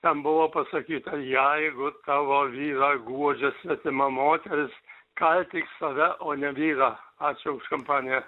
ten buvo pasakyta jeigu tavo vyrą guodžia svetima moteris kaltyk save o ne vyrą ačiū už kompaniją